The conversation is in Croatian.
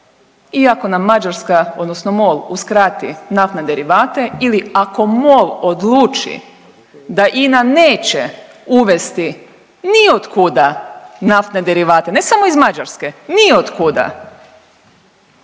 iako nam Mađarska odnosno MOL uskrati naftne derivate ili ako MOL odluči da INA neće uvesti ni od kuda naftne derivate ne samo iz Mađarske, ni od kuda